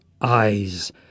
eyes